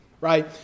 right